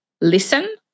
listen